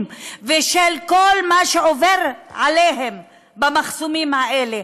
ושל כל מה שעובר עליהם במחסומים האלה,